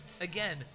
again